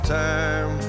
time